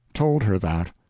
told her that.